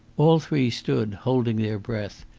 all three stood holding their breath,